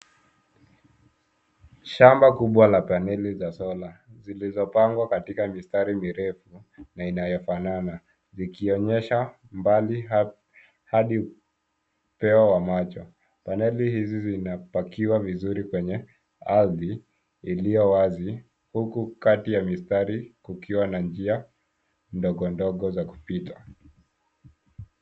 Shamba kubwa za paneli za solar zilizopagwa katika mistari mirefu na inayofanana ikionyesha mbali hadi upeo wa macho. Paneli hizi zinapakiwa vizuri kwenye ardhi iliyowazi huku kati ya mistari kukiwa na njia dongo dongo za kupita.